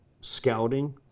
scouting